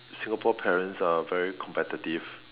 Singapore parents are very competitive